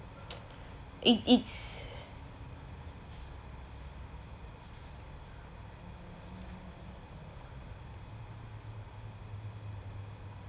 it it's